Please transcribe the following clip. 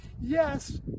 yes